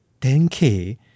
10k